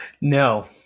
No